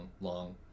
long